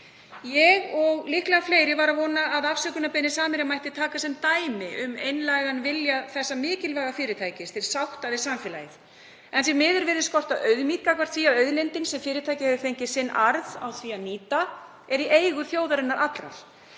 Ég, og líklega fleiri, var að vona að afsökunarbeiðni Samherja mætti taka sem dæmi um einlægan vilja þessa mikilvæga fyrirtækis til sátta við samfélagið. En því miður virðist skorta auðmýkt gagnvart því að auðlindin sem fyrirtækið hefur fengið sinn arð af að nýta er í eigu þjóðarinnar allrar.